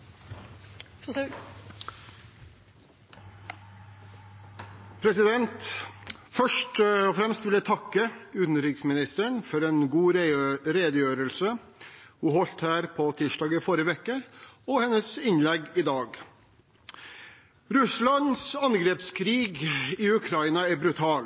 omme. Først og fremst vil jeg takke utenriksministeren for en god redegjørelse som hun holdt her på tirsdag i forrige uke, og hennes innlegg i dag. Russlands angrepskrig i Ukraina er brutal.